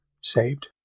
saved